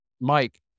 Mike